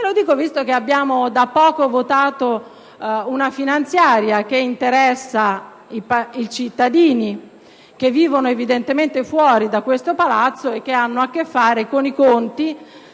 Lo dico visto che abbiamo da poco votato una finanziaria che interessa i cittadini che vivono fuori da questo palazzo e che hanno a che fare con i conti